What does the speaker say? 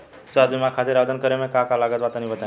स्वास्थ्य बीमा खातिर आवेदन करे मे का का लागत बा तनि बताई?